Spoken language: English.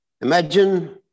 Imagine